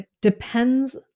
depends